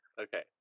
Okay